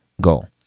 goal